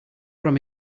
from